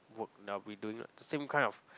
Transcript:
work and I'll be doing like the same kind of